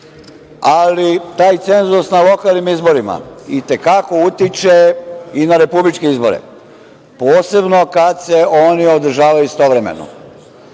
taj cenzus na lokalnim izborima i te kako utiče i na republičke izbore, posebno kad se oni održavaju istovremeno.